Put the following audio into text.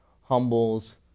humbles